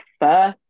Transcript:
first